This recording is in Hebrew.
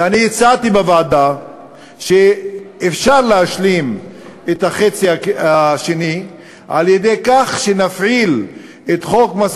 אמרתי בוועדה שאפשר להשלים את החצי השני על-ידי כך שנפעיל את חוק מס